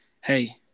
hey